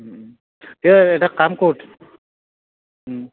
সেয়া এটা কাম কৰোঁ